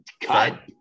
cut